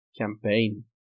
campaign